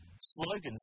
Slogans